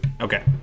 Okay